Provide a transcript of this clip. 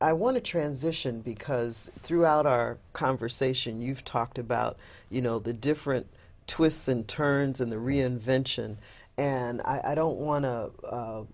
i want to transition because throughout our conversation you've talked about you know the different twists and turns in the reinvention and i don't wan